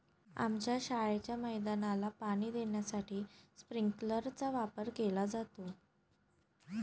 आमच्या शाळेच्या मैदानाला पाणी देण्यासाठी स्प्रिंकलर चा वापर केला जातो